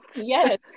yes